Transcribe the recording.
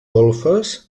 golfes